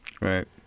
Right